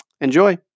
Enjoy